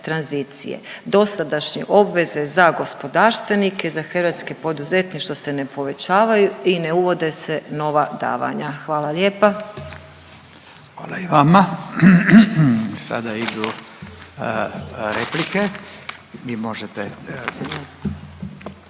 Dosadašnje obveze za gospodarstvenike, za hrvatske poduzetništvo se ne povećavaju i ne uvode se nova davanja. Hvala lijepa. **Radin, Furio